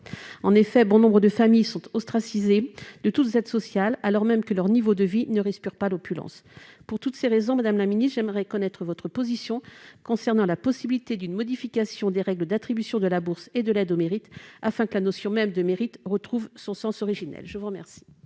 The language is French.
En effet, bon nombre de familles sont ostracisées de toutes les aides sociales, alors même qu'elles ne respirent pas l'opulence. Pour toutes ces raisons, madame la ministre, j'aimerais connaître votre position sur une possible modification des règles d'attribution de la bourse et de l'aide au mérite, afin que la notion même de mérite retrouve son sens originel. La parole